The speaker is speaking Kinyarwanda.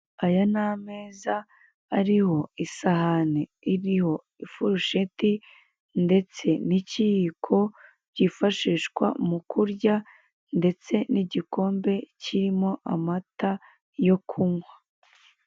Utu ni utuzu tw'abajenti ba emutiyeni ndetse dukikijwe n'ibyapa bya eyeteri na bakiriya babagannye bari kubaha serivise zitandukanye.